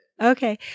Okay